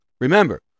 remember